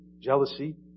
Jealousy